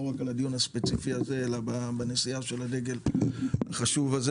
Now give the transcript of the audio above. לא רק על הדיון הספציפי הזה אלא בנשיאה של הדגל החשוב הזה.